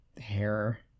hair